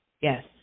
Yes